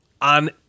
on